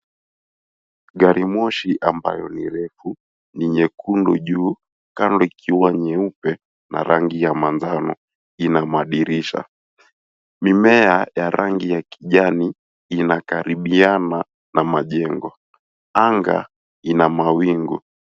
Gari moshi ambayo ni refu, ni nyekundu juu, kando ikiwa nyeupe na rangi ya manjano ina madirisha. Mimea ya rangi ya kijani inakaribiana na majengo. Anga ina mawingu.